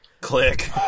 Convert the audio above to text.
Click